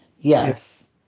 Yes